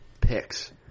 picks